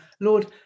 Lord